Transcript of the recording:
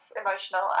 emotional